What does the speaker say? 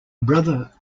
brother